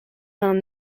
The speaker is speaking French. vingt